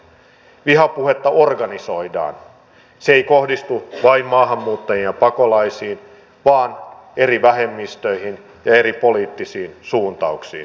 vihapuhetta organisoidaan se ei kohdistu vain maahanmuuttajiin ja pakolaisiin vaan eri vähemmistöihin ja eri poliittisiin suuntauksiin